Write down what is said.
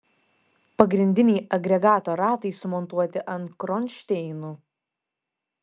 pagrindiniai agregato ratai sumontuoti ant kronšteinų